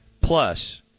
plus